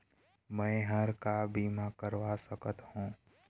मैं हर का बीमा करवा सकत हो?